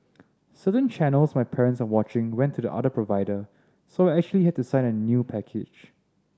certain channels my parents are watching went to the other provider so I actually had to sign a new package